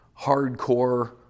hardcore